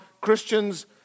Christians